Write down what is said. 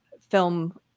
film